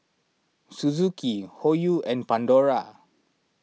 Suzuki Hoyu and Pandora